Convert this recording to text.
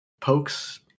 pokes